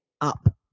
up